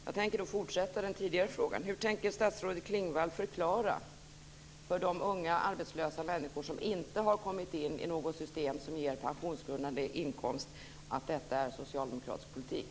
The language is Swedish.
Jag tänker fortsätta på den fråga som jag ställde tidigare i dag. Hur tänker statsrådet förklara för de unga arbetslösa människor som inte har kommit in i något system som ger pensionsgrundande inkomst att detta är socialdemokratisk politik?